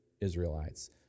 Israelites